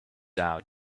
out